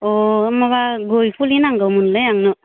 अ ओइ माबा गय फुलि नांगौमोनलै आंनो